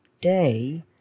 day